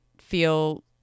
feel